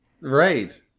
Right